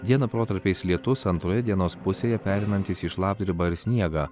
dieną protarpiais lietus antroje dienos pusėje pereinantis į šlapdribą ir sniegą